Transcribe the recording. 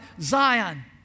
Zion